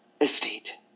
estate